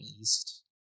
East